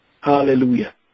Hallelujah